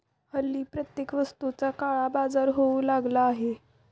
हल्ली प्रत्येक वस्तूचा काळाबाजार होऊ लागला आहे